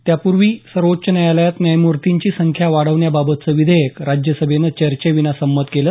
त्यापूर्वी सर्वोच्च न्यायालयात न्यायमूर्तींची संख्या वाढवण्याबाबतचं विधेयक राज्यसभेनं चर्चेविना संमत केलं